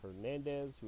Hernandez